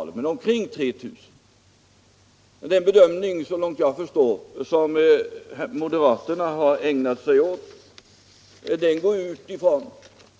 Jag kan inte garantera det exakta antalet. Den bedömning som moderaterna har ägnat sig åt går såvitt jag förstår ut ifrån